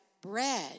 bread